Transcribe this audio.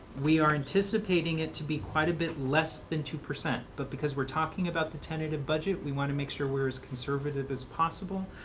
we are anticipating it to be quite a bit less than two. but because we're talking about the tentative budget, we want to make sure we're as conservative as possible.